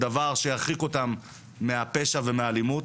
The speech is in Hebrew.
דבר שירחיק אותם מהפשע ומהאלימות.